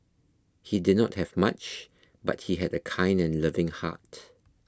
he did not have much but he had a kind and loving heart